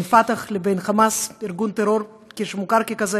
פתח וחמאס, ארגון טרור שמוכר ככזה